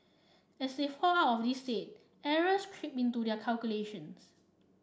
as they fall out of this state errors creep into their calculations